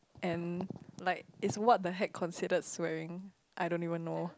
and like is what the heck considered swearing I don't even know